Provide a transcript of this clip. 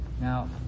Now